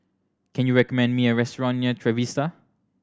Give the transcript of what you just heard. can you recommend me a restaurant near Trevista